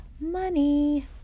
money